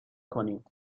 کنید